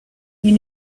you